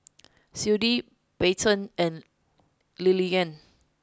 Clydie Bryton and Lillianna